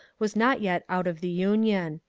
was not yet out of the union.